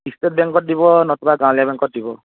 state বেংকত দিব নতুবা গাঁৱলীয়া বেংকত দিব